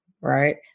right